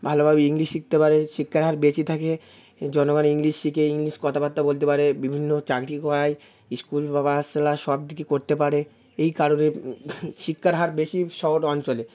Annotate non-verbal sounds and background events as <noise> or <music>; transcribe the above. ভালোভাবে ইংলিশ শিখতে পারে শিক্ষার হার বেশি থাকে জনগণ ইংলিশ শিখে ইংলিশ কথাবার্তা বলতে পারে বিভিন্ন চাকরি <unintelligible> স্কুল বা পাঠশালা সব দিকে করতে পারে এই কারণে শিক্ষার হার বেশি শহর অঞ্চলে